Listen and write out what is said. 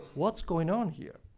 what's going on here?